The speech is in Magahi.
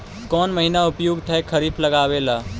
कौन महीना उपयुकत है खरिफ लगावे ला?